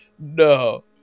no